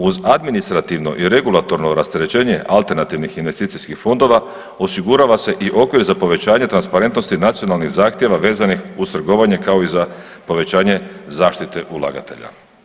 Uz administrativno i regulatorno rasterećenje alternativnih investicijskih fondova, osigurava se i okvir za povećanje transparentnosti nacionalnih zahtjeva vezanih uz trgovanje, kao i za povećanje zaštite ulagatelja.